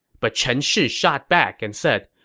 but chen shi shot back and said,